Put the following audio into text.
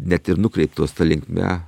net ir nukreiptos ta linkme